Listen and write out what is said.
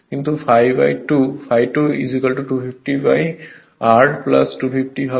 কিন্তু ∅ 2 250 by R 250 হবে